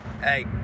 Hey